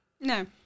No